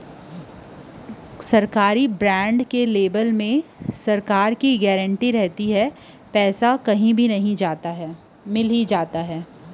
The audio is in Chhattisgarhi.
सरकारी बांड के लेवब म सरकार के बरोबर गांरटी रहिथे पईसा ह कहूँ नई जवय मिल जाथे